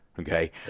okay